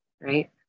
right